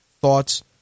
thoughts